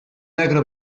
negre